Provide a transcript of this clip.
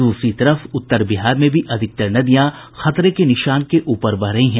दूसरी तरफ उत्तर बिहार में भी अधिकांश नदियां खतरे के निशान से ऊपर बह रही है